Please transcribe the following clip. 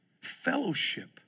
fellowship